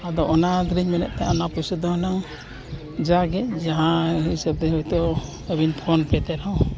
ᱟᱫᱚ ᱚᱱᱟ ᱜᱮᱞᱤᱧ ᱢᱮᱱᱮᱫ ᱛᱟᱦᱮᱱᱟ ᱚᱱᱟ ᱯᱩᱭᱥᱟᱹ ᱫᱚ ᱦᱩᱱᱟᱹᱝ ᱡᱟᱜᱮ ᱡᱟᱦᱟᱸ ᱦᱤᱥᱟᱹᱵᱽ ᱛᱮ ᱱᱤᱛᱚᱜ ᱟᱹᱞᱤᱧ ᱯᱷᱳᱱ ᱯᱮᱹ ᱛᱮ ᱨᱮᱦᱚᱸ